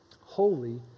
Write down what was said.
Holy